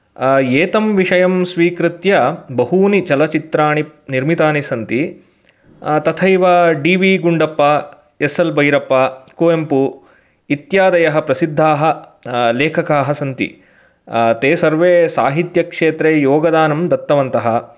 एतं विषयं स्वीकृत्य बहूनि चलचित्राणि निर्मितानि सन्ति तथैव डि वि गुण्डप्प एस् एल् भैरप्प कुवेम्पु इत्यादयः प्रसिद्धाः लेखकाः सन्ति ते सर्वे साहित्यक्षेत्रे योगदानं दत्तवन्तः